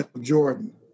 Jordan